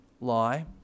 lie